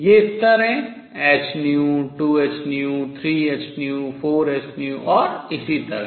ये स्तर हैं और इसी तरह